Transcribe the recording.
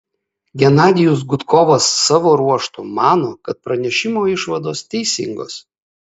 genadijus gudkovas savo ruožtu mano kad pranešimo išvados teisingos